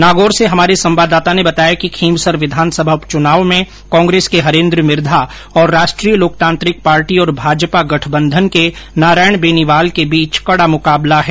नागौर से हमारे संवाददाता ने बताया कि खींवसर विधानसभा उप चुनाव में कांग्रेस के हरेन्द्र मिर्धा और राष्ट्रीय लोकतांत्रिक पार्टी और भाजपा गठबंधन के नारायण बेनीवाल के बीच कडा मुकाबला है